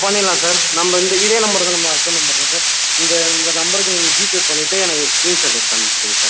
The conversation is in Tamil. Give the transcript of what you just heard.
பண்ணிவிடலாம் சார் நம்ம இந்த இதே நம்பர் தான் நம்ம ஃபோன் நம்பர் தான் சார் இந்த இந்த நம்பர்க்கு நீங்கள் ஜிபே பண்ணிவிட்டு எனக்கு ஸ்கிரீன்ஷாட் எடுத்து அனுப்ச்சிவிடுங்க சார்